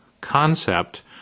concept